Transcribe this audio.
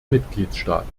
mitgliedstaaten